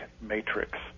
matrix